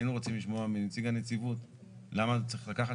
היינו רוצים לשמוע מנציג הנציבות למה זה צריך לקחת